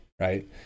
right